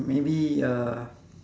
maybe uh